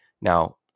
Now